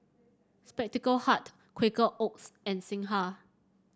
Spectacle Hut Quaker Oats and Singha